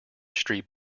street